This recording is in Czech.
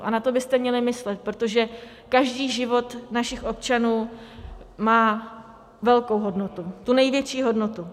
A na to byste měli myslet, protože každý život našich občanů má velkou hodnotu, tu největší hodnotu.